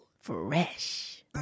Fresh